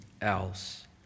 else